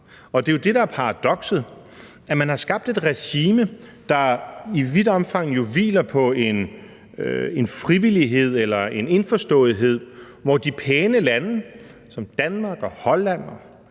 der er paradokset: Man har skabt et regime, der jo i vidt omfang hviler på en frivillighed eller en indforståethed, hvor vi i de pæne lande som Danmark og Holland